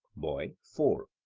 boy four.